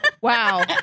Wow